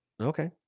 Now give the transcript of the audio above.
okay